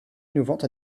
innovantes